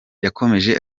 yakomeje